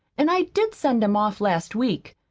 an' i did send em off last week.